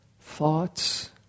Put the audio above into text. thoughts